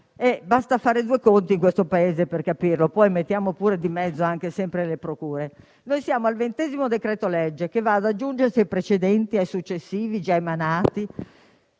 Basta fare due conti in questo Paese per capirlo, e poi mettiamo di mezzo - come sempre - anche le procure. Siamo al ventesimo decreto-legge che va ad aggiungersi ai precedenti e ai successivi già emanati